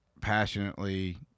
passionately